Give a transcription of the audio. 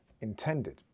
intended